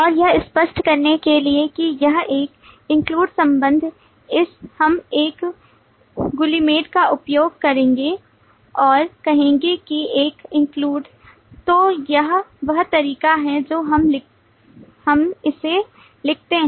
और यह स्पष्ट करने के लिए कि यह एक include संबंध हम एक गुलीमेट का उपयोग करेंगे और कहेंगे कि एक include तो यह वह तरीका है जो हम इसे लिखते हैं